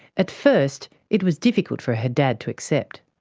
at first it was difficult for her dad to accept.